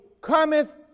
cometh